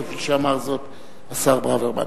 כפי שאמר זאת השר ברוורמן.